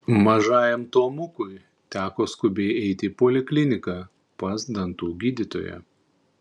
mažajam tomukui teko skubiai eiti į polikliniką pas dantų gydytoją